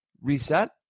reset